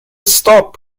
stop